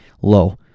low